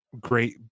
great